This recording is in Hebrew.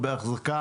כאמור, בזמן קצר